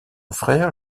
frère